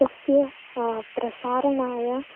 तस्य प्रसारणाय